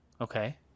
Okay